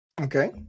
okay